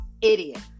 idiot